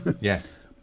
Yes